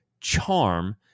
charm